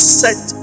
set